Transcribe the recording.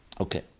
Okay